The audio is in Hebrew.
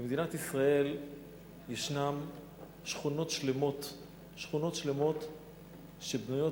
במדינת ישראל ישנן שכונות שלמות שבנויות